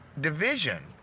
division